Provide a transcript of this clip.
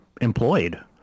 employed